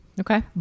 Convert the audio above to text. okay